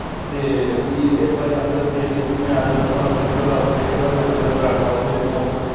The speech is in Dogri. ते भी इक बारी अस केह् होई गेआ कि मैच साढ़ा क्रिकेट दा क्रिकेट दा मैच होए हा बैट बाल खेलेआ हा असें